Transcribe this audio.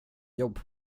jobb